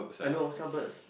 I know suburbs